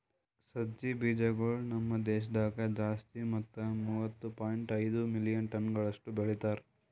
ಸಜ್ಜಿ ಬೀಜಗೊಳ್ ನಮ್ ದೇಶದಾಗ್ ಜಾಸ್ತಿ ಮತ್ತ ಮೂವತ್ತು ಪಾಯಿಂಟ್ ಐದು ಮಿಲಿಯನ್ ಟನಗೊಳಷ್ಟು ಬೆಳಿತಾರ್